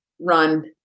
run